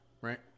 right